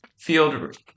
field